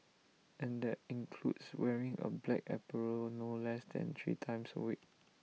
and that includes wearing A black apparel no less than three times A week